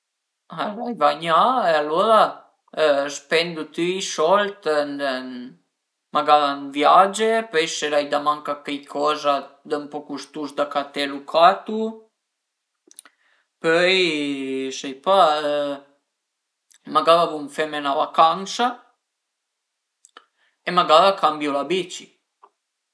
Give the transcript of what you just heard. L'ai vagnà e alura spendu tüi i sold ën ën magara ën viage, pöi se l'ai da manca dë cheicoza dë nën po custus da caté lu catu, pöi sai pa, magara vun feme 'na vacansa e magara cambiu la bici